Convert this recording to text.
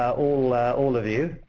all all of you,